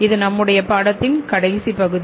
இது நம்முடைய பாடத்தின் உடைய கடைசி பகுதி